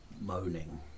moaning